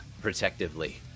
protectively